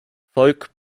folk